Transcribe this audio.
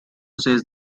says